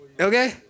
Okay